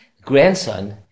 grandson